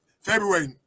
February